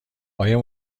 آیا